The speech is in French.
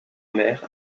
mer